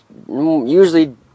Usually